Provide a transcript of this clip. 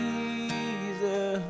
Jesus